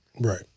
Right